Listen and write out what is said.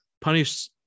punish